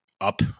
up